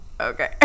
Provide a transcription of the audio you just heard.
Okay